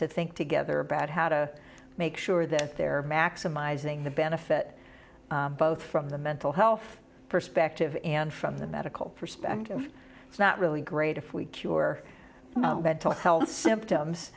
to think together about how to make sure that they're maximizing the benefit both from the mental health perspective and from the medical perspective it's not really great if we cure mental health symptoms